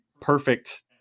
perfect